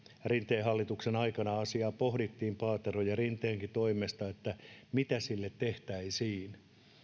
rinteen hallituksen aikana pohdittiin paateron ja rinteenkin toimesta mitä sille tehtäisiin